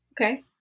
okay